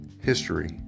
History